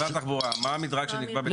משרד התחבורה, מה המדרג שנקבע?